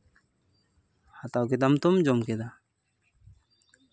ᱦᱟᱛᱟᱣ ᱠᱮᱫᱟᱢ ᱛᱚᱢ ᱡᱚᱢ ᱠᱮᱫᱟ